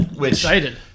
Excited